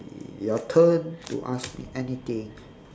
your turn to ask me anything